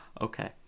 Okay